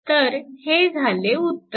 तर हे झाले उत्तर